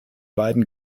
beiden